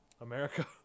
america